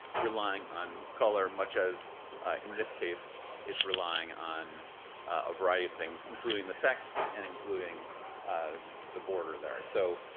relying on color, much as in this case it's relying on a variety of things, including the text and including the border there. so.